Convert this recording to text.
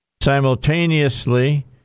Simultaneously